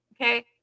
Okay